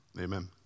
Amen